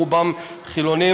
רובם חילונים.